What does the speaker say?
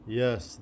yes